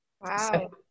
Wow